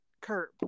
curb